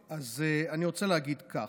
אני רוצה להגיד כך: